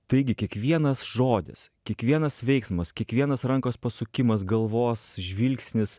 taigi kiekvienas žodis kiekvienas veiksmas kiekvienas rankos pasukimas galvos žvilgsnis